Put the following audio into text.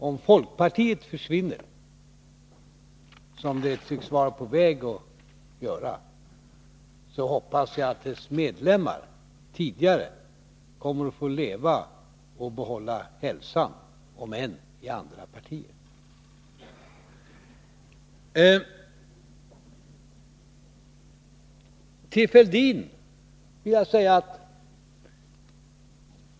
Om folkpartiet försvinner, vilket det tycks vara på väg att göra, så 107 hoppas jag att dess tidigare medlemmar kommer att få leva och behålla hälsan, om än i andra partier. Till Thorbjörn Fälldin vill jag säga följande.